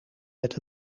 met